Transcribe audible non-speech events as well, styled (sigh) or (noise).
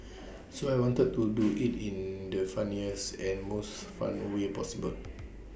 (noise) so I wanted to do IT in the funniest and most fun way possible